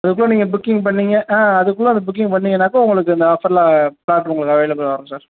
அதுக்குள்ள நீங்கள் புக்கிங் பண்ணீங்கள் ஆ அதுக்குள்ள அதை புக்கிங் பண்ணிங்கன்னாக்கா உங்களுக்கு இந்த ஆஃபர்ல ஃப்ளாட் உங்களுக்கு அவைலபிள்ல வரும் சார்